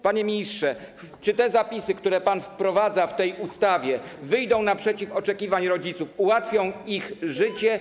Panie ministrze, czy te zapisy, które pan wprowadza w tej ustawie, wyjdą naprzeciw oczekiwaniom rodziców, ułatwią ich życie.